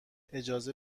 اجازه